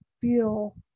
feel